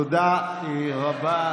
תודה רבה.